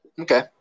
Okay